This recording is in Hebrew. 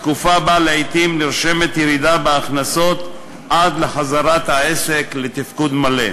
תקופה שבה לעתים נרשמת ירידה בהכנסות עד לחזרת העסק לתפקוד מלא.